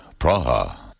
Praha